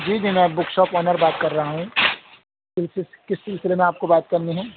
جی جناب book shop owner بات کر رہا ہوں کس کس سلسلے میں آپ کو بات کرنی ہے